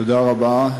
תודה רבה.